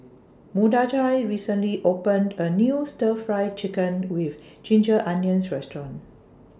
Mordechai recently opened A New Stir Fried Chicken with Ginger Onions Restaurant